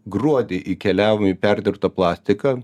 gruodį įkeliavom į perdirbtą plastiką